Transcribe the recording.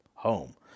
Home